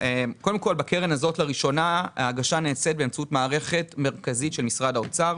בקרן החדשה ההגשה נעשית באמצעות מערכת מרכזית של משרד האוצר.